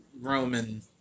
Roman